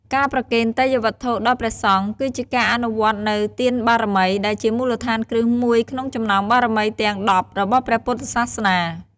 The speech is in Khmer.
ការប្រគេនទេយ្យវត្ថុដល់ព្រះសង្ឃ គឺជាការអនុវត្តនូវ ទានបារមី ដែលជាមូលដ្ឋានគ្រឹះមួយក្នុងចំណោមបារមីទាំងដប់របស់ព្រះពុទ្ធសាសនា។